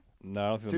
No